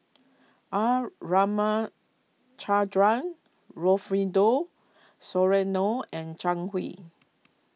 R Ramachandran Rufino Soliano and Zhang Hui